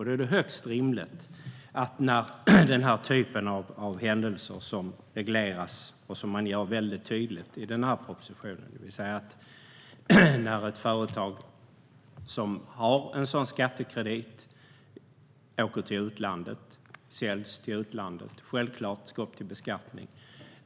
Då är det högst rimligt att när den typen av händelse som regleras, vilket är tydligt i propositionen, till exempel att ett företag som har en sådan skattekredit säljs till utlandet, att reserven tas upp till beskattning.